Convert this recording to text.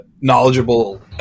knowledgeable